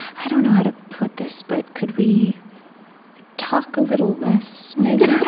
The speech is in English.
i don't know how to put this, but could we talk a little less, maybe?